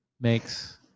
makes